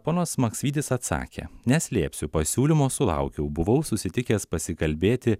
ponas maksvytis atsakė neslėpsiu pasiūlymo sulaukiau buvau susitikęs pasikalbėti